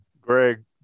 Greg